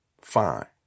fine